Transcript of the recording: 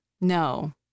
No